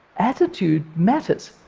attitude matters.